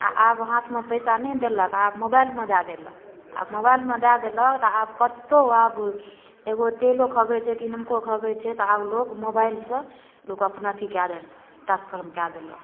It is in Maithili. आ आब हाथमे पैसा नहि देलक आब मोबाइलमे दै देलक आब मोबाइलमे दै देलक तऽ आब कतहुँ आब एगो तेलो खगैत छै कि निमको खगैत छै तऽ आब लोक मोबाइलसँ लोक अपना अथी कै टासफरम कै देलक